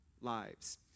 lives